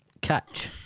catch